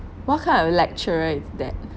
what kind of lecturer is that